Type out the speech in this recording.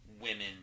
women